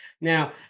Now